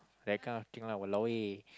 that kind of thing lah !walao! eh